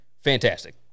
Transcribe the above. fantastic